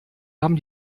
haben